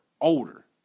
older